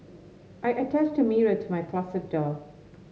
I attached a mirror to my closet door